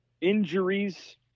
injuries